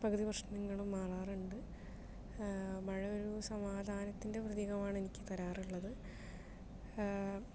പകുതി പ്രശ്നങ്ങളും മാറാറുണ്ട് മഴ ഒരു സമാധാനത്തിൻ്റെ പ്രതീകമാണ് എനിക്ക് തരാറുള്ളത്